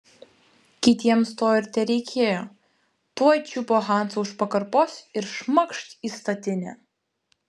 kitiems to ir tereikėjo tuoj čiupo hansą už pakarpos ir šmakšt į statinę